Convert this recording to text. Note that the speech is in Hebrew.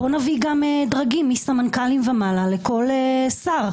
בואו נביא גם דרגים מסמנכ"לים ומעלה לכל שר.